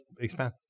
Expand